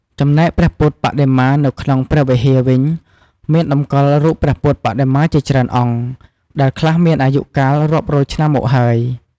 ចំំណែកព្រះពុទ្ធបដិមានៅក្នុងព្រះវិហារវិញមានតម្កល់រូបព្រះពុទ្ធបដិមាជាច្រើនអង្គ ដែលខ្លះមានអាយុកាលរាប់រយឆ្នាំមកហើយ ។